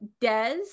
des